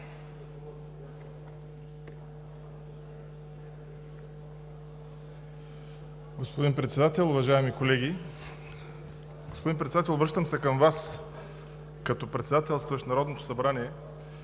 Господин Председател, уважаеми колеги! Господин Председател, обръщам се към Вас като председателстващ Народното събрание.